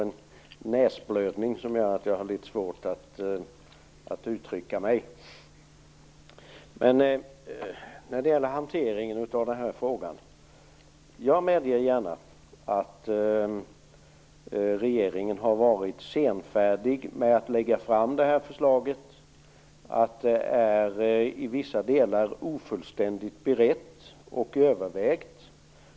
När det gäller hanteringen av den här frågan medger jag gärna att regeringen varit senfärdig med att lägga fram förslaget och att det i vissa delar är ofullständigt berett och övervägt.